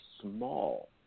small